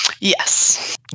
Yes